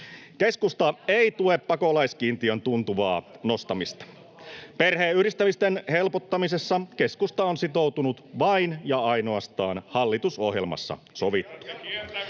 Keskusta ei tue pakolaiskiintiön tuntuvaa nostamista. Perheenyhdistämisten helpottamisessa keskusta on sitoutunut vain ja ainoastaan hallitusohjelmassa sovittuun.